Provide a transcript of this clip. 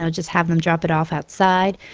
so just have them drop it off outside.